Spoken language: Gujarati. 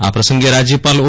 આ પ્રસંગે રાજ્યપાલ ઓ